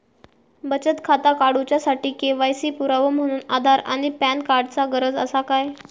बचत खाता काडुच्या साठी के.वाय.सी पुरावो म्हणून आधार आणि पॅन कार्ड चा गरज आसा काय?